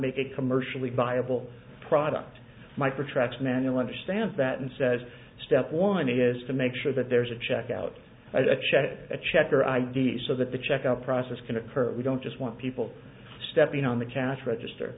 make a commercially viable product micra tracks manual understands that and says step one is to make sure that there's a check out a check a check or i d so that the checkout process can occur we don't just want people stepping on the cash register